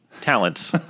talents